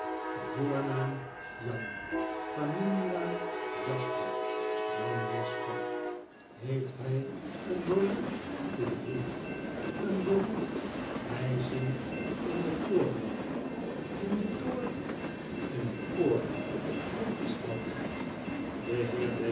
voornaam jan familienaam jasper jan jasper heeft hy een beroep goede heer een beroep hij zingt in de koren in den toren ln het koor wat is dat de